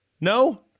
No